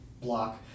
block